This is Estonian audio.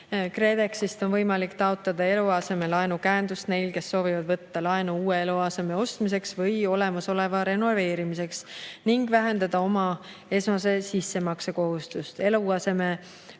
KredExist on võimalik taotleda eluasemelaenu käendust neil, kes soovivad võtta laenu uue eluaseme ostmiseks või olemasoleva renoveerimiseks ning vähendada oma esmase sissemakse kohustust. Eluasemelaenu